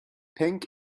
pink